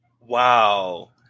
wow